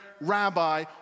rabbi